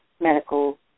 medical